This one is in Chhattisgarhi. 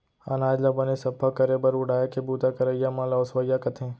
अनाज ल बने सफ्फा करे बर उड़ाय के बूता करइया मन ल ओसवइया कथें